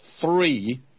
three